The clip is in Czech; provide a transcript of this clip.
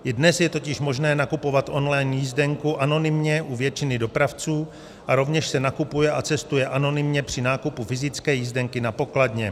I dnes je totiž možné nakupovat online jízdenku anonymně u většiny dopravců a rovněž se nakupuje a cestuje anonymně při nákupu fyzické jízdenky na pokladně.